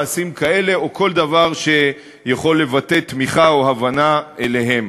מעשים כאלה או כל דבר שיכול לבטא תמיכה או הבנה אליהם.